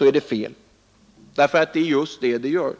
är det fel, därför att det är just det det gör.